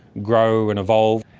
grow and evolve.